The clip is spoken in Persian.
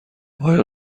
آیا